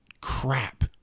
crap